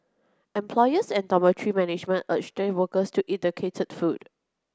employers and dormitory management urge the workers to eat the catered food